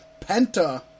Penta